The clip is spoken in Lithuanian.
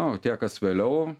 o tie kas vėliau